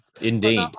Indeed